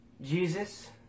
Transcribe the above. Jesus